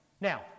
now